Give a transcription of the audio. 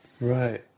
Right